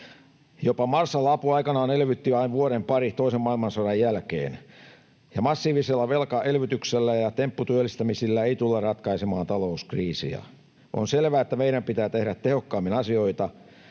Jopa Marshall-apu aikanaan elvytti vuoden pari toisen maailmansodan jälkeen. Massiivisella velkaelvytyksellä ja tempputyöllistämisillä ei tulla ratkaisemaan talouskriisiä. On selvä, että meidän pitää tehdä tehokkaammin asioita.